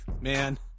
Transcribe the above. man